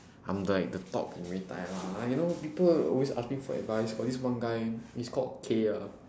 I'm like the top in muay-thai lah you know people always ask me for advice got this one guy he's called K ah